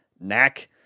Knack